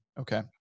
Okay